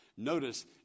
Notice